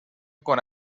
con